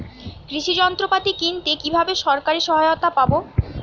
কৃষি যন্ত্রপাতি কিনতে কিভাবে সরকারী সহায়তা পাব?